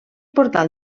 portal